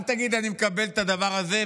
אל תגיד: אני מקבל את הדבר הזה,